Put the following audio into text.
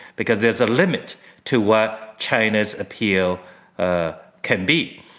because there's a limit to what china's appeal ah can be.